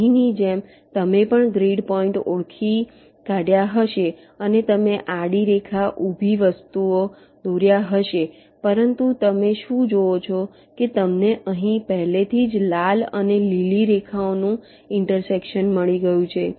અહીંની જેમ તમે પણ ગ્રીડ પોઈન્ટ ઓળખી કાઢ્યા હશે અને તમે આડી રેખા ઊભી વસ્તુઓ દોર્યા હશે પરંતુ તમે શું જુઓ છો કે તમને અહીં પહેલેથી જ લાલ અને લીલી રેખાઓનું ઇન્ટરસેક્શન મળી ગયું છે